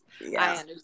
yes